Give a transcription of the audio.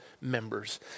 members